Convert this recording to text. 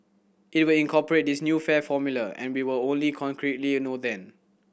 it will incorporate this new fare formula and we will only concretely know then